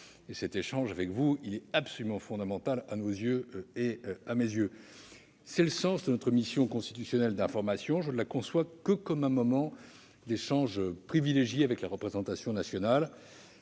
Cet échange avec vous est absolument fondamental à nos yeux ; tel est le sens de notre mission constitutionnelle d'information : je ne la conçois que comme un moment d'échange privilégié avec la représentation nationale.